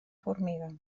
formiga